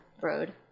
Road